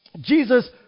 Jesus